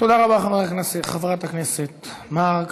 תודה רבה, חברת הכנסת מארק.